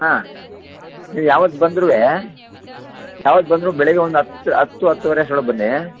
ಹಾಂ ನೀವು ಯಾವತ್ತು ಬಂದ್ರೂ ಯಾವತ್ತು ಬಂದ್ರೂ ಬೆಳಿಗ್ಗೆ ಒಂದು ಹತ್ತು ಹತ್ತು ಹತ್ತೂವರೆ ಅಷ್ಟರೊಳಗೆ ಬನ್ನಿ